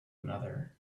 another